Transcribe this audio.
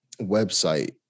website